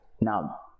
Now